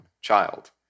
child